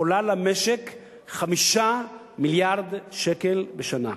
עולה למשק 5 מיליארד שקל בשנה.